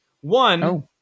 One